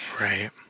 right